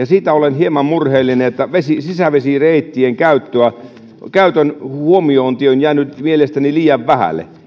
siitä olen hieman murheellinen että sisävesireittien käytön huomiointi on jäänyt mielestäni liian vähälle